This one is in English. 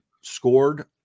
scored